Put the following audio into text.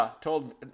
told